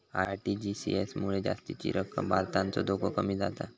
RTGS मुळे जास्तीची रक्कम भरतानाचो धोको कमी जाता